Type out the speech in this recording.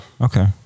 Okay